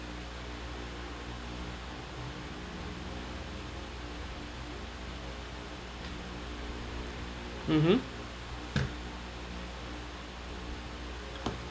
mmhmm